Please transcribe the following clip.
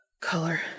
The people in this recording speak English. Color